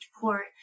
port